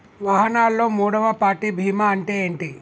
వాహనాల్లో మూడవ పార్టీ బీమా అంటే ఏంటి?